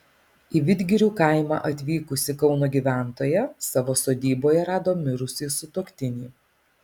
į vidgirių kaimą atvykusi kauno gyventoja savo sodyboje rado mirusį sutuoktinį